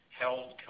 held